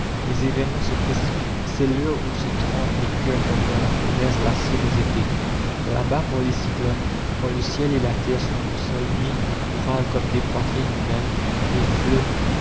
les événements se précipitent c'est l'heure où se trempent les cœurs comme dans la fournaise l'acier des épées là-bas par les cyclones quand le ciel et la terre sont une seule nuit où râlent comme des poitrines humaines les flots